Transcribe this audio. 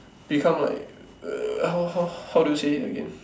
become like err how how how do you say it again